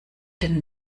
denn